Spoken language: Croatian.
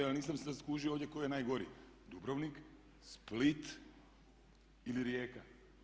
Ja nisam sad skužio ovdje tko je najgori Dubrovnik, Split ili Rijeka?